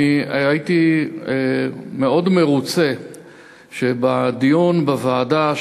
הייתי מאוד מרוצה שבדיון בוועדה,